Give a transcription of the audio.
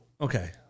okay